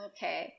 Okay